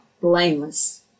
blameless